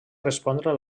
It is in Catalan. respondre